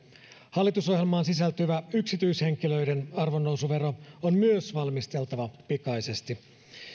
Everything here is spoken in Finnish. hallitusohjelmaan sisältyvä yksityishenkilöiden arvonnousuvero on myös valmisteltava pikaisesti